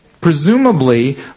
Presumably